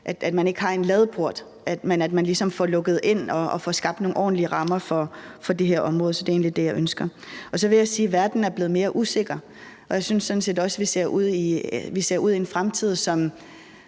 at man ikke har en ladeport, men at man ligesom får lukket det ind og får skabt nogle ordentlige rammer for det her område. Så det er egentlig det, jeg ønsker. Og så vil jeg sige, at verden er blevet mere usikker, og jeg synes sådan set også, at vi ser ud på en fremtid, som